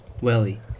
Welly